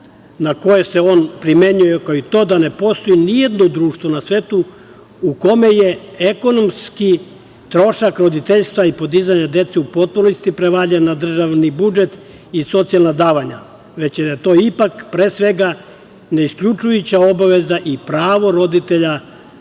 na koje se on primenjuje, kao i to da ne postoji ni jedno društvo na svetu u kome je ekonomski trošak roditeljstva i podizanja dece u potpunosti prevaljen na državni budžet i socijalna davanja, već da je to ipak pre svega ne isključujuća obaveza i pravo roditelja